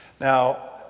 Now